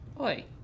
Oi